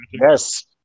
Yes